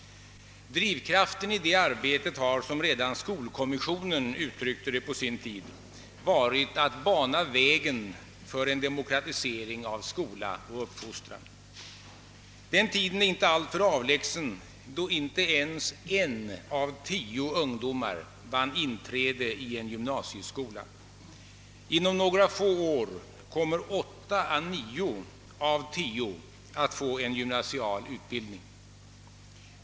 Drivkraften i det arbetet har, som redan skolkommissionen på sin tid uttryckte det, varit att bana väg för en demokratisering av skola och uppfostran. Den tiden är inte alltför avlägsen då inte ens en av tio ungdomar kunde vinna inträde i en gymnasieskola. Inom några få år kommer åtta å nio ungdomar av tio att få gymnasial utbildning.